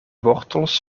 wortels